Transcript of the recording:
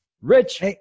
Rich